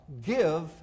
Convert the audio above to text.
Give